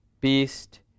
beast